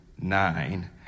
nine